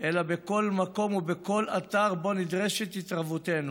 אלא בכל מקום ובכל אתר שבו נדרשת התערבותנו.